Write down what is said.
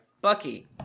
Bucky